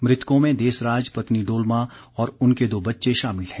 मृतकों में देसराज पत्नी डोलमा और उनके दो बच्चे शामिल हैं